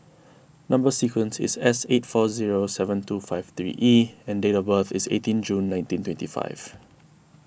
Number Sequence is S eight four zero seven two five three E and date of birth is eighteen June nineteen twenty five